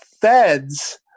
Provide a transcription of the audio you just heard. feds